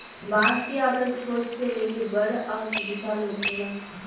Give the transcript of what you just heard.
बांस के आकर छोट से लेके बड़ आ विशाल होखेला